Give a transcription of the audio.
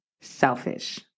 selfish